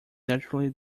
naturally